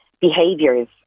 behaviors